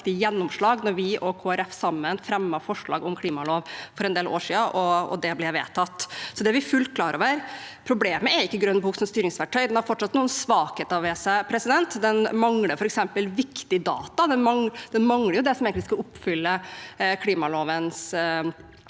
Folkeparti sammen fremmet forslag om klimalov for en del år siden, og det ble vedtatt. Så dette er vi fullt klar over. Problemet er ikke Grønn bok som styringsverktøy. Den har fortsatt noen svakheter ved seg. Den mangler f.eks. viktige data, den mangler det som egentlig skal oppfylle klimaloven